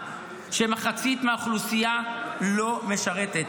שמחצית מהאוכלוסייה לא משרתת.